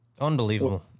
unbelievable